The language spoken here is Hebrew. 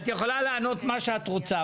את יכולה לענות מה שאת רוצה,